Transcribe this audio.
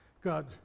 God